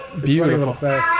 Beautiful